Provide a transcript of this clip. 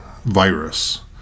virus